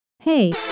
Hey